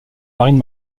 marine